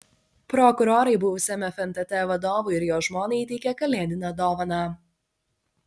prokurorai buvusiam fntt vadovui ir jo žmonai įteikė kalėdinę dovaną